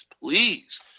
please